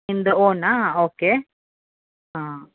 ನಿಮ್ಮದೇ ಓನಾ ಓಕೆ ಹಾಂ